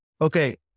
Okay